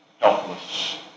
helpless